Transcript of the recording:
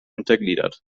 untergliedert